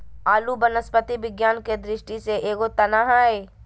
आलू वनस्पति विज्ञान के दृष्टि से एगो तना हइ